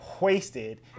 wasted